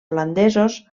holandesos